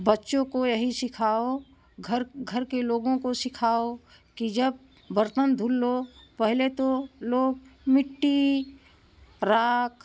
बच्चों को यही सिखाओ घर घर के लोगों को सिखाओ कि जब बर्तन धुल लो पहले तो लोग मिट्टी राख